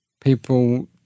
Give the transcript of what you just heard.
people